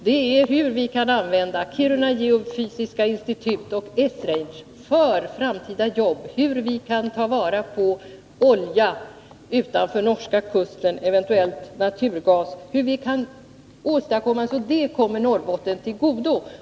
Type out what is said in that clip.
Frågan gäller hur vi kan använda Kiruna geofysiska institut och Esrange för framtida jobb, hur vi tar vara på oljan utanför norska kusten och eventuell naturgas, hur vi kan åstadkomma att detta kommer Norrbotten till godo.